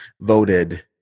voted